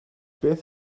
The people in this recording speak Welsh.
beth